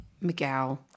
Miguel